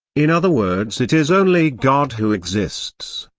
in other words it is only god who exists.